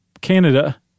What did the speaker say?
Canada